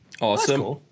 awesome